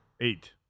Eight